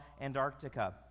Antarctica